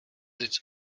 its